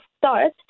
start